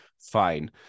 fine